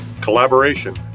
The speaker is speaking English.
collaboration